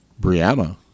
Brianna